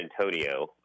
Antonio